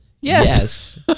yes